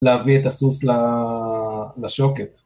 להביא את הסוס ל... לשוקת.